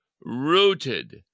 rooted